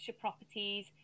Properties